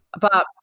But-